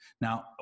Now